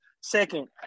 Second